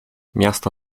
miasto